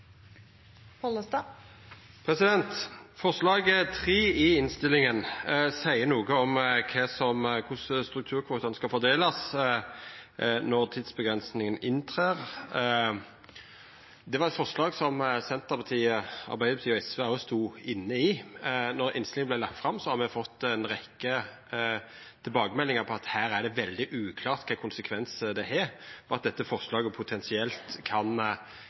Forslag III i innstillinga seier noko om korleis strukturkvotane skal fordelast når tidsavgrensing trer inn. Det var eit forslag som Senterpartiet, Arbeidarpartiet og SV òg stod inne i då innstillinga vart lagd fram. Så har me fått ei rekkje tilbakemeldingar på at det er veldig uklart kva konsekvensar det har, og at dette forslaget potensielt kan